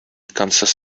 kansas